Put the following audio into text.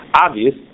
obvious